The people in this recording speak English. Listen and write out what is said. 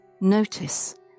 Notice